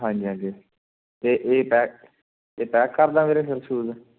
ਹਾਂਜੀ ਹਾਂਜੀ ਅਤੇ ਇਹ ਪੈਕ ਇਹ ਪੈਕ ਕਰਦਾ ਵੀਰੇ ਫਿਰ ਸ਼ੂਜ਼